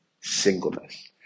singleness